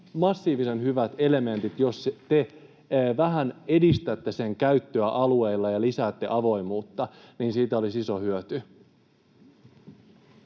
massiivisen hyvät elementit, jos te vähän edistätte sen käyttöä alueilla ja lisäätte avoimuutta, niin siitä olisi iso hyöty.